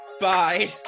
Bye